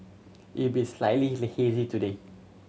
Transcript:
it be slightly hazy today